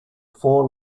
four